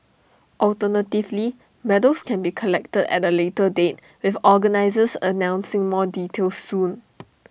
alternatively medals can be collected at A later date with organisers announcing more details soon